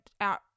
out